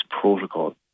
protocol